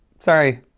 sorry.